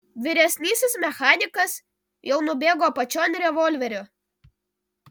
vyresnysis mechanikas jau nubėgo apačion revolverio